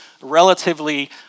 relatively